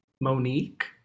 Monique